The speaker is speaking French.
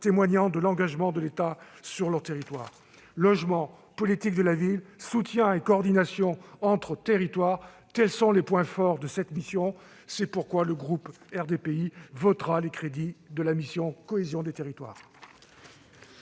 témoignent de l'engagement de l'État sur son territoire. Logement, politique de la ville, soutien et coordination entre territoires, tels sont les points forts de cette mission. C'est pourquoi le groupe RDPI votera les crédits de la mission « Cohésion des territoires